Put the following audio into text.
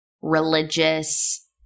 religious